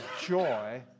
joy